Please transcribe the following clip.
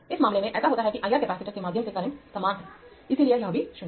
इस मामले में ऐसा होता है कि I R कैपेसिटर के माध्यम से करंट समान है इसलिए यह भी 0 है